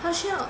他需要